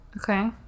Okay